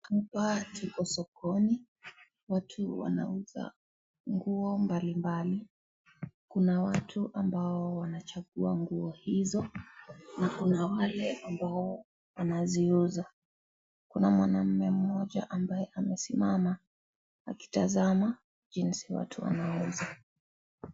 Watu wako sokoni. Watu wanauza nguo mbalimbali. Kuna watu ambao wanachagua nguo hizo na kuna wale ambao wanaziuza. Kuna mwanaume mmoja ambaye amesimama akitazama jinsi watu wanauza.